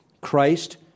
Christ